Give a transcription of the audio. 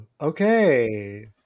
okay